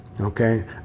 Okay